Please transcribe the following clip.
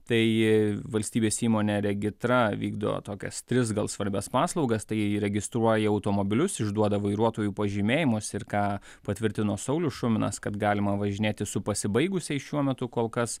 tai valstybės įmonė regitra vykdo tokias tris gal svarbias paslaugas tai įregistruoja automobilius išduoda vairuotojų pažymėjimus ir ką patvirtino saulius šuminas kad galima važinėti su pasibaigusiais šiuo metu kol kas